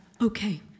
okay